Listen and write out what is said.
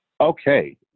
Okay